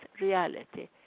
reality